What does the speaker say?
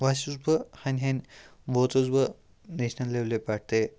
وۄنۍ چھُس بہٕ ہَنہِ ہَنہِ ووتُس بہٕ نیشنَل لٮ۪ولہِ پٮ۪ٹھ تہِ